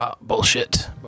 Bullshit